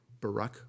Barack